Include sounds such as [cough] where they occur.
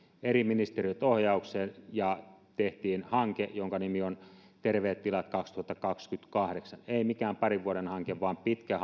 eri ministeriöt ottivat ohjaukseen ja tehtiin hanke jonka nimi on terveet tilat kaksituhattakaksikymmentäkahdeksan ei mikään parin vuoden hanke vaan pitkä [unintelligible]